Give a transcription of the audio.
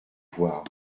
voir